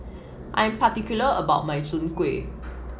I am particular about my Soon Kuih